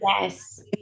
yes